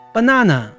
Banana